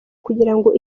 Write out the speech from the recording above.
kugirango